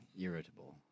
irritable